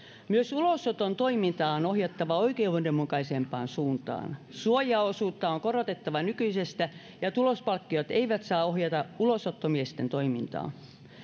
myös ulosoton toimintaa on ohjattava oikeudenmukaisempaan suuntaan suojaosuutta on korotettava nykyisestä ja tulospalkkiot eivät saa ohjata ulosottomiesten toimintaa